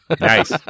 Nice